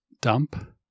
dump